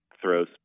throws